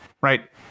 right